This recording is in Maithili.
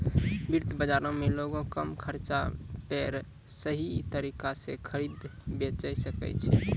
वित्त बजारो मे लोगें कम खर्चा पे सही तरिका से खरीदे बेचै सकै छै